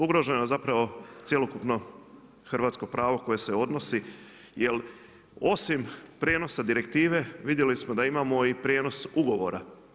Ugroženo je zapravo cjelokupno hrvatsko pravo koje se odnosi, jer osim prijenosa direktive vidjeli smo da imamo i prijenos ugovora.